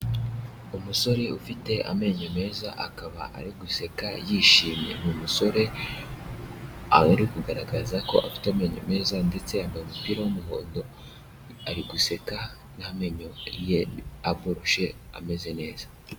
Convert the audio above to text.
Umusore ufite amenyo meza akaba ari guseka yishimye, uwo musore aba ari kugaragaza ko afite amenyo meza ndetse yambaye umupira w'umuhondo, ari guseka n'amenyo ye aboroshe ameze neza.